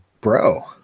bro